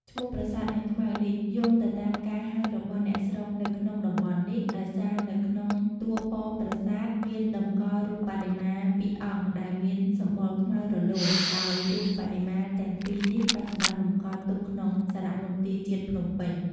ឈ្មោះប្រាសាទនាងខ្មៅនេះ យោងទៅតាមការហៅរបស់អ្នកស្រុកនៅក្នុងតំបន់នេះ ដោយសារនៅក្នុងតួប៉មប្រាសាទមានតម្កល់រូបបដិមាពីរអង្គដែលមានសម្បុរខ្មៅរលោង ដោយរូបបដិមាទាំងពីរនេះបច្ចុប្បន្នតម្កល់ទុកក្នុងសារមន្ទីរជាតិភ្នំពេញ។